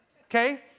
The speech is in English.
okay